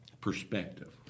Perspective